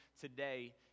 today